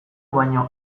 baino